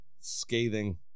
scathing